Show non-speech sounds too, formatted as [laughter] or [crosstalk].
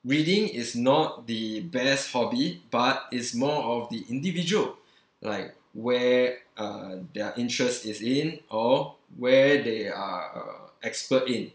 reading is not the best hobby but it's more of the individual [breath] like where uh their interest is in or where they are uh expert in